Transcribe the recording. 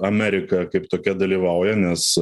amerika kaip tokia dalyvauja nes